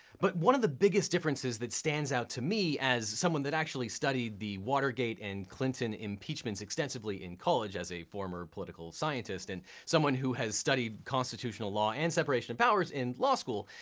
but one of the biggest differences that stands out to me as someone that actually studied the watergate and clinton impeachments extensively in college as a former political scientist and someone who has studied constitutional law and separation of powers in law school,